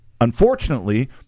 Unfortunately